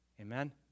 Amen